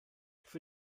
für